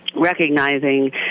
Recognizing